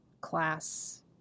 Class